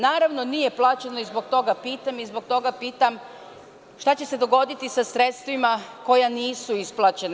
Naravno nije plaćeno i zbog toga pitam, i zbog toga pitam šta će se dogoditi sa sredstvima koja nisu isplaćena?